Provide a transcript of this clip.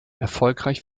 erfolgreich